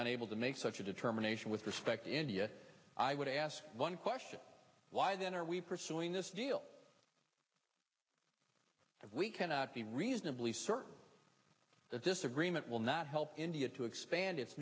unable to make such a determination with respect india i would ask one question why then are we pursuing this deal if we cannot be reasonably certain that this agreement will not help india to expand it